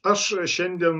aš šiandien